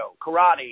Karate